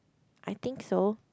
I think so